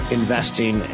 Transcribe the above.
investing